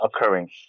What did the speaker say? occurring